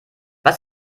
was